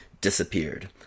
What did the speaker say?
disappeared